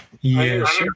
Yes